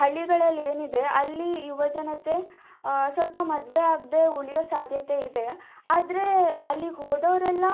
ಹಳ್ಳಿಗಳಲ್ಲಿ ಏನಿದೆ ಅಲ್ಲಿ ಯುವ ಜನತೆ ಸ್ವಲ್ಪ ಮದುವೆ ಆಗದೆ ಉಳಿಯೋ ಸಾಧ್ಯತೆ ಇದೆ ಆದರೆ ಅಲ್ಲಿಗ್ಹೋದೋರೆಲ್ಲ